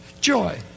Joy